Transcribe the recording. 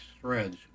threads